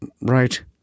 right